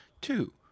Two